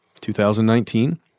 2019